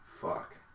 Fuck